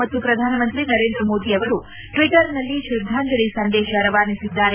ಮತ್ತು ಶ್ರಧಾನಮಂತ್ರಿ ನರೇಂದ್ರ ಮೋದಿ ಅವರು ಟ್ವೀಟರ್ನಲ್ಲಿ ಶ್ರದ್ಧಾಂಜಲಿ ಸಂದೇಶ ರವಾನಿಸಿದ್ದಾರೆ